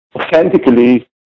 authentically